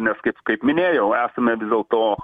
nes kaip kaip minėjau esame dėl to